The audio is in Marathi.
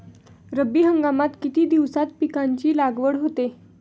रब्बी हंगामात किती दिवसांत पिकांची लागवड होते?